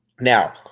now